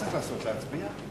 הצעה אחרת של חבר הכנסת עמיר פרץ.